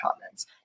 comments